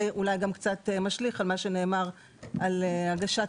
זה אולי קצת משליך על מה שנאמר על הגשת